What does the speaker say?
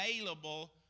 available